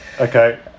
Okay